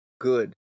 good